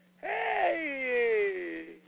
hey